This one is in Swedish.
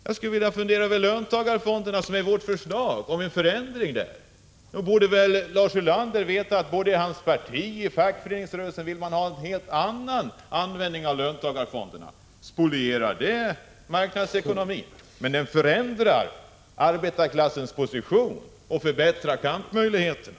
Jag skulle vilja fundera över en förändring av löntagarfonderna, som är vårt förslag. Nog borde Lars Ulander veta att i både hans parti och i fackföreningsrörelsen vill man ha en helt annan användning av löntagarfonderna. Spolierar det marknadsekonomin? Det förändrar arbetarklassens position och förbättrar kampmöjligheterna.